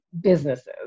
businesses